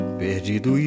perdido